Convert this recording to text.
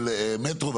של מטרו.